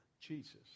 Jesus